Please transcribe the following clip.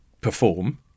perform